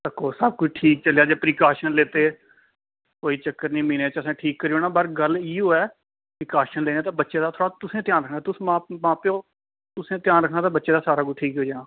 सब कुछ ठीक चलेआ जे प्रीकाशन लैते कोई चक्कर नी म्हीने च असें ठीक करी ओड़ना बस गल्ल इयो ऐ प्रीकाशन लैने ते बच्चे दा थोह्ड़ा तुसें ध्यान रक्खना तुस मां प्यो तुसें ध्यान रक्खना ते बच्चे दा ते सारा कुछ ठीक होई जाना